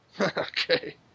Okay